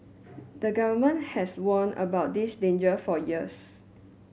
the Government has warned about this danger for years